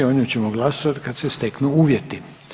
O njoj ćemo glasovati kad se steknu uvjeti.